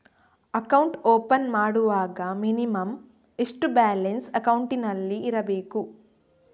Account open ಮಾಡುವಾಗ minimum ಎಷ್ಟು balance ಅಕೌಂಟಿನಲ್ಲಿ ಇರಬೇಕು?